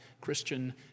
Christian